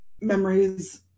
memories